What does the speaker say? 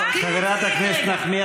הינה,